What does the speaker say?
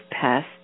passed